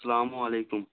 اَسَلامُ علیکُم